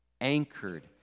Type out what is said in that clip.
anchored